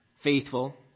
Faithful